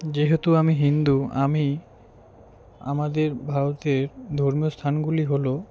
যেহেতু আমি হিন্দু আমি আমাদের ভারতের ধর্মীয় স্থানগুলি হলো